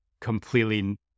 completely